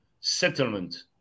settlement